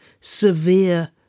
severe